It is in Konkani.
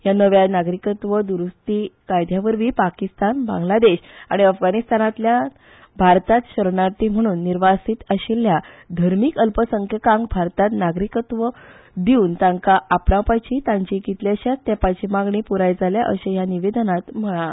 ह्या नव्या नागरिकत्व द्रुस्ती कायद्यावरवी पाकिस्तान बांगलादेश आनी अफगाणिस्तानातल्यान भारतात शरणार्थी म्हण निर्वासित आशिल्ल्या धर्मिक अल्पसंख्यांकांक भारतात नागरिकत्व दिवन तांका आपणावपाची तांची कितल्या तेपाची मागणी प्राय जाल्या अशेय ह्या निवेदनात म्हळा